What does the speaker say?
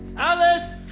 alice?